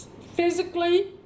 physically